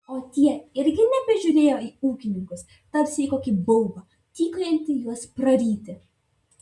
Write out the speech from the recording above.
o tie irgi nebežiūrėjo į ūkininkus tarsi į kokį baubą tykojantį juos praryti